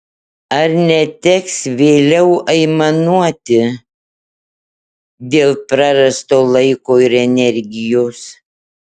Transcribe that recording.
ar neteks vėliau aimanuoti dėl prarasto laiko ir energijos